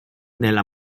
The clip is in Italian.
della